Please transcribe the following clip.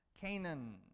Canaan